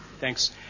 Thanks